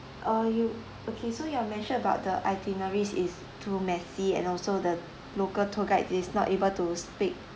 uh you okay so you're mention about the itineraries is too messy and also the local tour guide is not able to speak